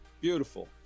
Beautiful